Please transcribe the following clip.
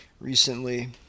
recently